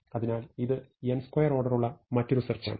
അതിനാൽ ഇത് n2 ഓർഡറുള്ള മറ്റൊരു സെർച്ച് ആണ്